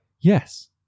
yes